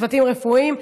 הצוותים רפואיים,